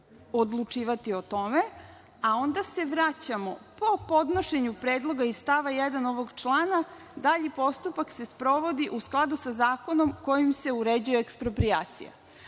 odlučivati o tome, a onda se vraćamo po podnošenju predloga iz stava 1. ovog člana – dalji postupak se sprovodi u skladu sa zakonom kojim se uređuje eksproprijacija.